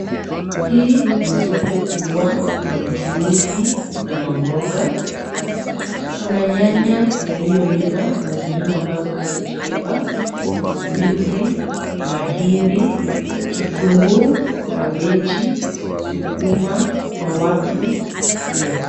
Hii ni soko kubwa la mchuuzi na mamboga. Kuna nyanya yaliyoiva na zingine ambazo hazijaiva, ndizi, mahindi, kitunguu, kabeji, sukuma na watu pia.